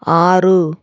ஆறு